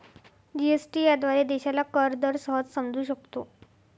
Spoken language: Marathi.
जी.एस.टी याद्वारे देशाला कर दर सहज समजू शकतो